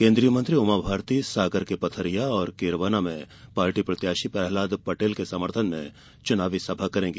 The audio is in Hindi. केन्द्रीय मंत्री उमा भारती सागर के पथरिया और केरवना में पार्टी प्रत्याशी प्रहलाद पटेल के समर्थन में चुनावी सभा करेंगी